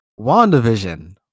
WandaVision